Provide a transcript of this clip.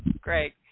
Great